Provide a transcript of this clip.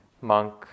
monk